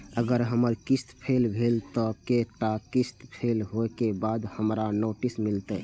अगर हमर किस्त फैल भेलय त कै टा किस्त फैल होय के बाद हमरा नोटिस मिलते?